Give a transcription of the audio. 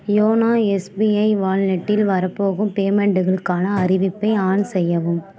YONO SBI வாலெட்டில் வரப்போகும் பேமெண்டுகளுக்கான அறிவிப்பை ஆன் செய்யவும்